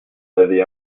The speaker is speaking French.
avez